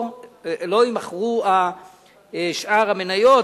לא יימכרו שאר המניות,